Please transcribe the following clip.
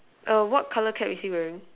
err what colour cap is he wearing